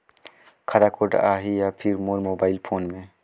खाता कोड आही या फिर मोर मोबाइल फोन मे?